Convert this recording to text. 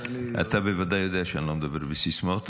ואני --- אתה בוודאי יודע שאני לא מדבר בסיסמאות.